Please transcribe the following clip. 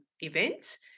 events